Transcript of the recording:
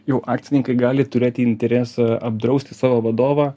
jau akcininkai gali turėti interesą apdrausti savo vadovą